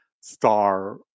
Star